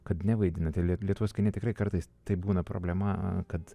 kad nevaidinate lietuvos kine tikrai kartais tai būna problema kad